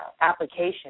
application